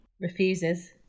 refuses